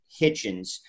Hitchens